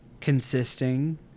consisting